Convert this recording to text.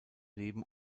leben